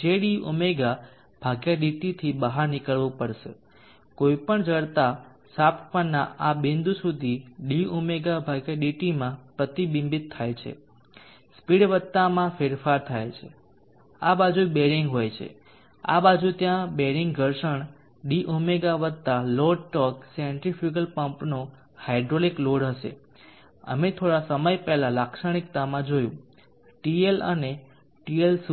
છે jdωdt થી બહાર નીકળવું પડશે કોઈપણ જડતા શાફ્ટ પરના આ બિંદુ સુધી dωdt માં પ્રતિબિંબિત થાય છે સ્પીડ વત્તામાં ફેરફાર થાય છે આ બાજુ બેરિંગ હોય છે આ બાજુ ત્યાં બેરિંગ ઘર્ષણ B×ω વત્તા લોડ ટોર્ક સેન્ટ્રીફ્યુગલ પંપનો હાઇડ્રોલિક લોડ હશે અમે થોડા સમય પહેલાં લાક્ષણિકતાઓમાં જોયું TL અને TL શું છે